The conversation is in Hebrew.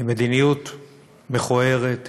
היא מדיניות מכוערת,